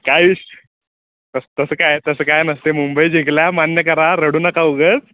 काय तसं तस काय तसं काय नसते मुंबई जिंकलाय मान्य करा रडू नका उगाच